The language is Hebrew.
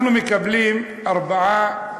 אנחנו מקבלים ארבעה